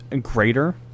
greater